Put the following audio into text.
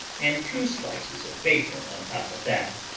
and two slices of bacon on top of that.